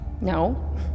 No